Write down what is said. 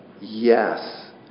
yes